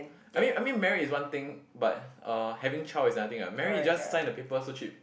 I mean I mean marry is one thing but uh having child is another thing ah marry you just sign the paper so cheap